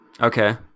Okay